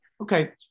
Okay